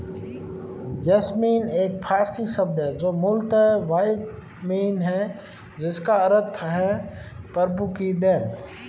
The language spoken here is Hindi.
जैस्मीन एक पारसी शब्द है जो मूलतः यासमीन है जिसका अर्थ है प्रभु की देन